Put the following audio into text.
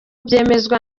byemezwa